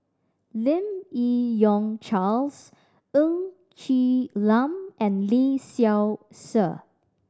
Lim Yi Yong Charles Ng Quee Lam and Lee Seow Ser